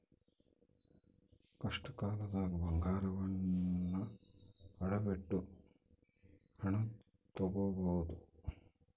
ಕಷ್ಟಕಾಲ್ದಗ ಬಂಗಾರವನ್ನ ಅಡವಿಟ್ಟು ಹಣ ತೊಗೋಬಹುದು